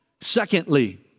Secondly